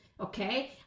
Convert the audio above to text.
Okay